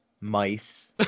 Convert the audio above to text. mice